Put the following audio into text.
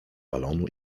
balonu